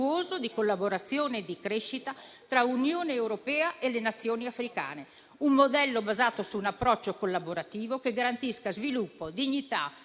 di collaborazione e di crescita tra l'Unione europea e le Nazioni africane; un modello basato su un approccio collaborativo, che garantisca sviluppo, dignità e